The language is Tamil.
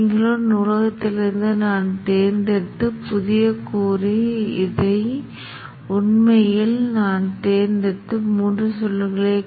இங்கே ஒரு உதவிக்குறிப்பு என்னவெனில் உங்களுக்கு கருப்பு பின்னணி உள்ளது மற்றும் கருப்பு பின்னணியில் வெள்ளை கட்டம் மற்றும் அலை வடிவம் இங்கே வண்ணத்தில் காண்பிக்கப்பட்டுள்ளது என்பதை இங்கே குறிப்பிடுகிறேன்